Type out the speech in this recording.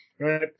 Right